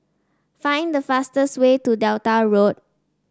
find the fastest way to Delta Road